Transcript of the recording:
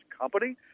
company